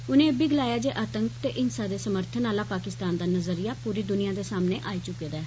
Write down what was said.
उनें इब्बी गलाया जे आंतक ते हिंसा दे समर्थन आला पाकिस्तान दा नज़रिया पूरी दुनिया दे सामने आई चुके दा ऐ